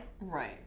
Right